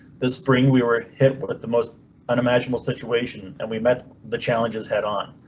this spring we were hit but with the most unimaginable situation and we met the challenges head on.